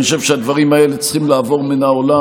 אני חושב שהדברים האלה צריכים לעבור מהעולם.